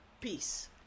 peace